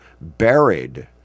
buried